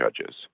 judges